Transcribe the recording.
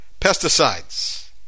pesticides